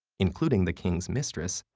including the king's mistress,